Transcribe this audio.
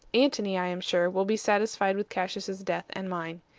antony, i am sure, will be satisfied with cassius's death and mine.